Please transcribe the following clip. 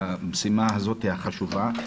במשימה הזאת, החשובה.